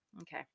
Okay